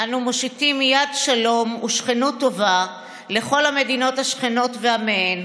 "אנו מושיטים יד שלום ושכנות טובה לכל המדינות השכנות ועמיהן,